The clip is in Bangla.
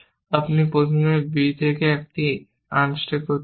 আপনি প্রথমে b থেকে একটি আনস্ট্যাক করতে চান